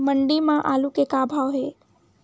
मंडी म आलू के का भाव हे?